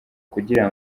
kugira